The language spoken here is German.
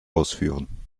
ausführen